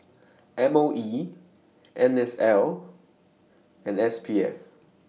M O E N S L and S P F